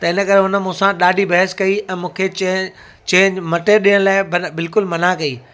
त इन करे उन मूंसां ॾाढी बहस कई ऐं मूंखे चए चेंज मटे करे ॾियण लाइ मना बिल्कुलु मना कई